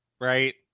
right